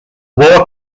war